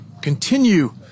continue